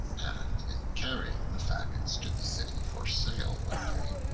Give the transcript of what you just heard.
and, in carrying the faggots to the city for sale one day,